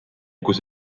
kus